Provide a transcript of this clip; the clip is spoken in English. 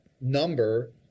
number